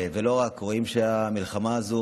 רואים שהמלחמה הזאת